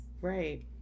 Right